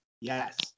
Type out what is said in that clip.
Yes